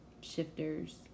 shifters